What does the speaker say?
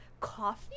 coffee